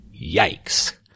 Yikes